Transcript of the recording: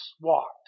walked